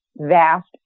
vast